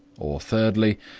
or, thirdly,